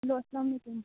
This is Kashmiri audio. ہیٚلو اَلسلام علیکم